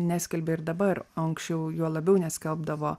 neskelbia ir dabar o anksčiau juo labiau neskelbdavo